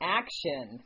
action